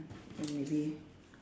then maybe